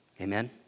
Amen